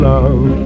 Love